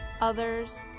others